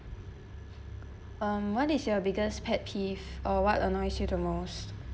um what is your biggest pet peeve or what annoys you the most